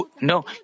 No